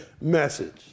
message